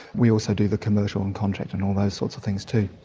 we also do the commercial and contract and all those sorts of things too.